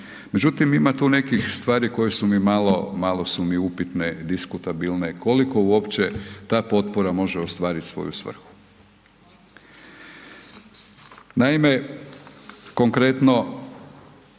međutim ima tu nekih stvari koje su mi malo upitne, diskutabilne, koliko uopće ta potpora može ostvarit svoju svrhu. Naime, konkretno